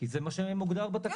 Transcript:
כי זה מה שמוגדר בתקנות.